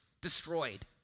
destroyed